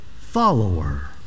follower